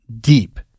deep